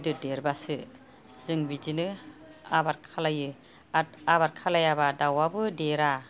गिदिर देरबासो जों बिदिनो आबार खालामो आरो आबार खालामाबा दावाबो देरा